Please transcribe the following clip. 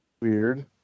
weird